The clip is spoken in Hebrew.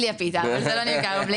בלי הפיתה, אבל זה לא נמכר בלי.